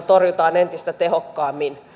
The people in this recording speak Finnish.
torjutaan entistä tehokkaammin